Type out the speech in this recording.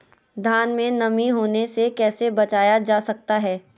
धान में नमी होने से कैसे बचाया जा सकता है?